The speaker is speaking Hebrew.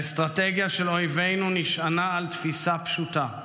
האסטרטגיה של אויבינו נשענה על תפיסה פשוטה.